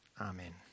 Amen